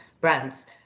brands